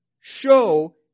Show